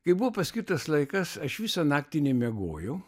kai buvo paskirtas laikas aš visą naktį nemiegojau